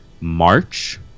March